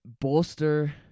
bolster